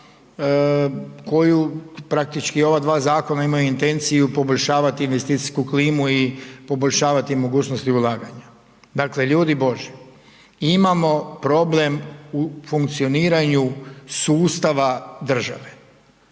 koju praktički ova dva zakona imaju intenciju poboljšavati investicijsku klimu i poboljšavati mogućnosti ulaganja. Dakle, ljubi božji, imamo problem u funkcioniranju sustava države.